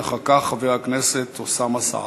ואחר כך, חבר הכנסת אוסאמה סעדי.